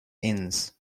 inns